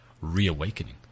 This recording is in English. reawakening